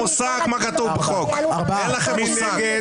מי נמנע?